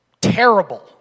terrible